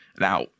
Now